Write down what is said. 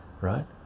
right